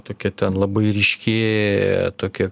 tokia ten labai ryški tokia